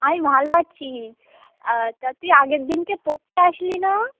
আমি ভালো আছি তুই আগের দিনকে পড়তে আসলি না